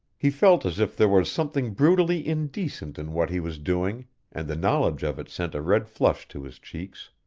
he felt as if there was something brutally indecent in what he was doing and the knowledge of it sent a red flush to his cheeks.